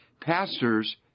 pastors